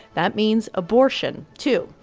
that means abortion, too.